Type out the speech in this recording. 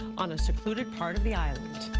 on a secluded part of the island.